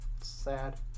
Sad